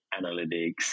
analytics